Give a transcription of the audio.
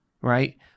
right